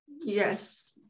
Yes